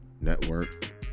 network